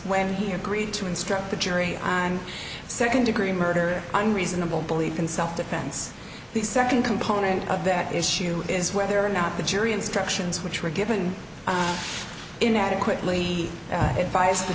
when he agreed to instruct the jury on second degree murder on reasonable belief in self defense the second component of that issue is whether or not the jury instructions which were given inadequately it biased the